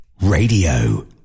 radio